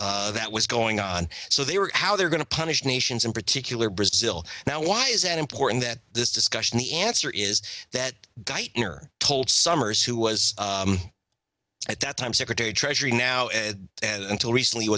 e that was going on so they were how they're going to punish nations in particular brazil now why is that important that this discussion the answer is that geitner told summers who was at that time secretary of treasury now and until recently